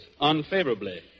unfavorably